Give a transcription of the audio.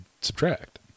subtract